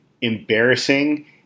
embarrassing